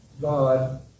God